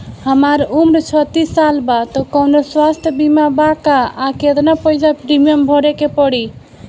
हमार उम्र छत्तिस साल बा त कौनों स्वास्थ्य बीमा बा का आ केतना पईसा प्रीमियम भरे के पड़ी?